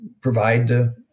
provide